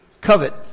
covet